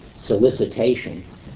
solicitation